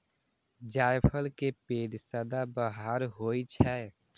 जायफल के पेड़ सदाबहार होइ छै